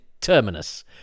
Terminus